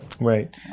Right